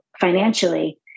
financially